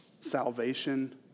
Salvation